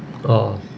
orh